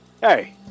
Hey